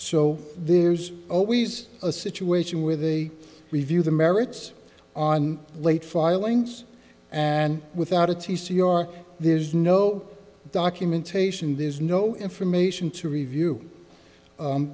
so there's always a situation where they review the merits on late filings and without a t c r there's no documentation there's no information to review